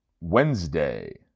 Wednesday